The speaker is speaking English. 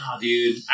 dude